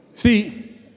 See